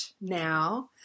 now